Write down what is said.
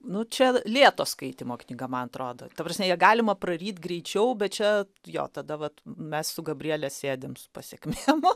nu čia lėto skaitymo knyga man atrodo ta prasme ją galima praryt greičiau bet čia jo tada vat mes su gabriele sėdim su pasekmėm